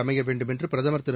அமைய வேண்டும் என்று பிரதமர் திரு